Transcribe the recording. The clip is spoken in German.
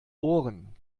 ohren